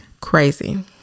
Crazy